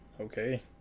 okay